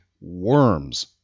Worms